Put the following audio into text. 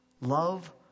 love